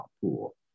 pool